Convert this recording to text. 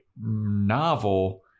novel